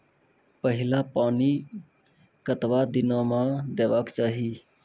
पहिल पानि कतबा दिनो म देबाक चाही?